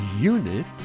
unit